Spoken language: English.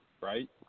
right